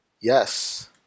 Yes